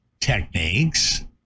techniques